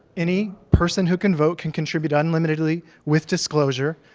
any person who can vote can contribute unlimitedly with disclosure.